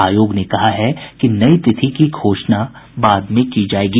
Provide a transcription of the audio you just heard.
आयोग ने कहा है कि नई तिथि की घोषणा बाद में की जायेगी